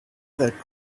that